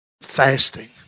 fasting